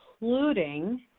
including